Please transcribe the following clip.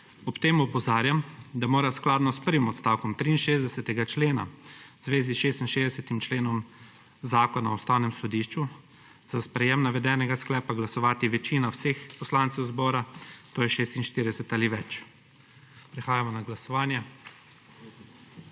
Ob tem opozarjam, da mora skladno s prvim odstavkom 63. člena v zvezi s 66. členom Zakona o Ustavnem sodišču za sprejem navedenega sklepa glasovati večina vseh poslancev zbora, to je 46 ali več. Prehajamo na glasovanje.